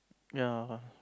ya